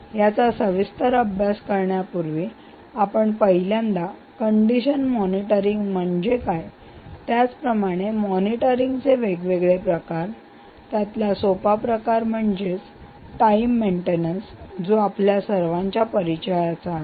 याचा सविस्तर अभ्यास करण्यापूर्वी आपण पहिल्यांदा कंडिशन मॉनिटरिंग म्हणजे काय त्याचप्रमाणे मॉनिटरिंग चे वेगवेगळे प्रकार त्यातील सोपा प्रकार म्हणजे टाईम मेंटेनन्स जो आपल्या सर्वांच्या परिचयाचा आहे